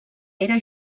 era